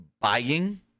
buying